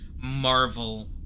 Marvel